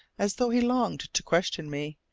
as though he longed to question me,